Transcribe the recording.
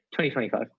2025